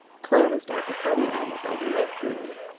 closed at the further end by the red curtain,